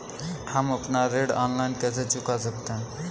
हम अपना ऋण ऑनलाइन कैसे चुका सकते हैं?